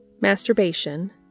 Masturbation